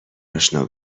اشنا